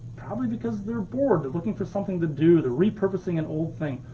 probably because they're bored, they're looking for something to do, they're repurposing an old thing.